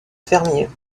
fermiers